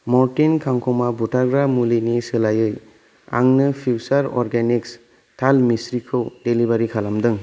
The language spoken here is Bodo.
म'रटिन खांखमा बुथारग्रा मुलिनि सोलायै आंनो फ्युसार अर्गेनिक्स थाल मिस्रिखौ डेलिबारि खालामदों